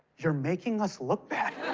you're making us look bad.